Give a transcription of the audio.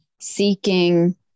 seeking